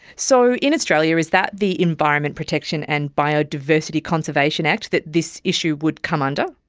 so in australia is that the environment protection and biodiversity conservation act that this issue would come under?